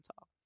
talk